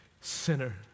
sinner